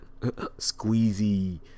squeezy